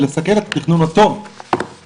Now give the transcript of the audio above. אפילו אנחנו מנסים לעשות מהלך שבו אנחנו אומרים,